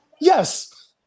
yes